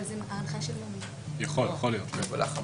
יכול להיות חבלה חמורה.